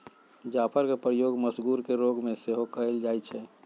जाफरके प्रयोग मसगुर के रोग में सेहो कयल जाइ छइ